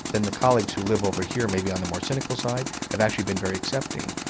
then the colleagues who live over here maybe on the more cynical side, have actually been very accepting.